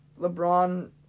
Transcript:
LeBron